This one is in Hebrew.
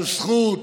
על זכות